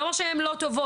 לא אומר שהן לא טובות.